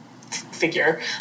figure